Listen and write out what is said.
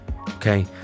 okay